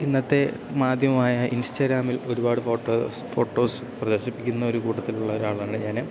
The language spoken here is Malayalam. ഇന്നത്തെ മാധ്യമമായ ഇൻസ്റ്റാഗ്രാമിൽ ഒരുപാട് ഫോട്ടോസ് ഫോട്ടോസ് പ്രദർശിപ്പിക്കുന്നൊരു കൂട്ടത്തിലുള്ളൊരാളാണ് ഞാൻ